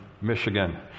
Michigan